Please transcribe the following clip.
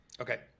Okay